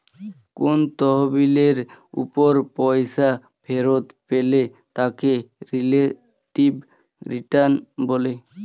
কোন তহবিলের উপর পয়সা ফেরত পেলে তাকে রিলেটিভ রিটার্ন বলে